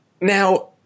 Now